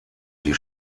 die